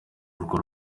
urwo